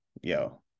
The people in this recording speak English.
yo